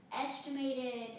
estimated